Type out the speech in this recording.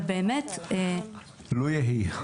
לו יהי.